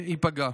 ייפגע.